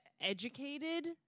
Educated